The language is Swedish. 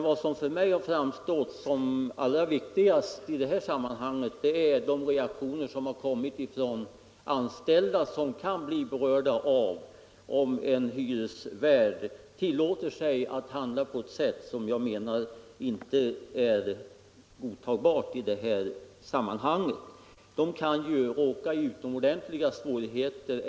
Vad som för mig har framstått som allra viktigast i det här sammanhanget är reaktionerna från anställda som kan bli berörda, om en hyresvärd tillåter sig att handla på ett sätt som inte är godtagbart. De kan ju råka i utomordentliga svårigheter.